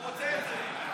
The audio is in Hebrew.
הוא רוצה את זה.